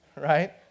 right